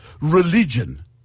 Religion